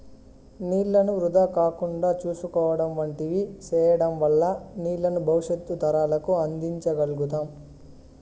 నీళ్ళను వృధా కాకుండా చూసుకోవడం వంటివి సేయడం వల్ల నీళ్ళను భవిష్యత్తు తరాలకు అందించ గల్గుతాం